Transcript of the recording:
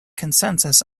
consensus